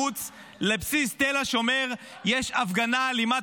מחוץ לבסיס תל השומר יש הפגנה אלימה,